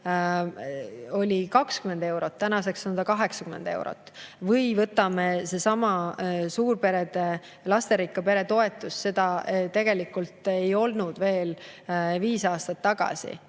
20 eurot, tänaseks on 80 eurot. Või võtame sellesama suurperede, lasterikka pere toetuse, seda tegelikult ei olnud veel viis aastat tagasi